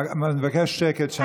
אני מבקש שקט שם.